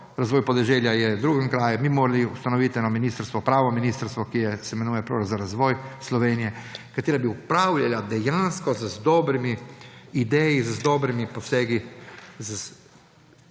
Razvoj podeželja je v drugem kraju. Mi bi morali ustanoviti eno ministrstvo, pravo ministrstvo, ki se imenuje za razvoj Slovenije, kateri bi upravljalo dejansko z dobrimi idejami, z dobrimi posegi,